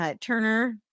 Turner